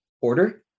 order